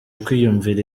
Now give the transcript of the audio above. kwiyumvira